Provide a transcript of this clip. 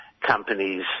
companies